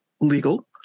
legal